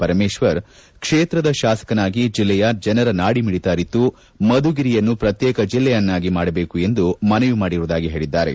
ಪರಮೇಶ್ವರ್ ಕ್ಷೇತ್ರದ ಶಾಸಕನಾಗಿ ಜಿಲ್ಲೆಯ ಜನರ ನಾಡಿಮಿಡಿತ ಅರಿತು ಮಧುಗಿರಿಯನ್ನು ಪ್ರತ್ಯೇಕ ಜಿಲ್ಲೆಯನ್ನಾಗಿ ಮಾಡಬೇಕು ಎಂದು ಮನವಿ ಮಾಡಿರುವುದಾಗಿ ಹೇಳಿದ್ದಾರೆ